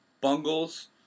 Bungles